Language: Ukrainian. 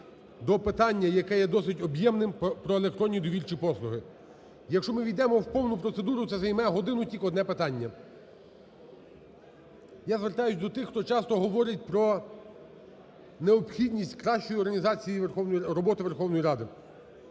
до питання, яке є досить об'ємним, про електронні довірчі послуги. Якщо ми увійдемо в повну процедуру це займе годину тільки одне питання. Я звертаюсь до тих, хто часто говорить про необхідність кращої організації роботи Верховної Ради